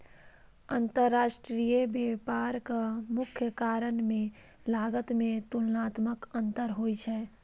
अंतरराष्ट्रीय व्यापारक मुख्य कारण मे लागत मे तुलनात्मक अंतर होइ छै